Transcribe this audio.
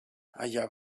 allà